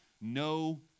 No